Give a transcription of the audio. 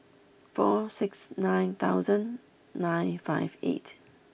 four six nine thousand nine five eight